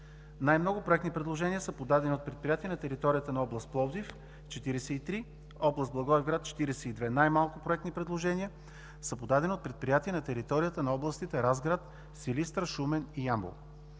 Най-много проектни предложения са подадени от предприятия на територията на област Пловдив – 43; област Благоевград – 42. Най-малко проектни предложения са подадени от предприятия на територията на областите Разград, Силистра, Шумен и Ямбол.